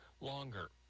longer